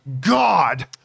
God